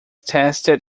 tested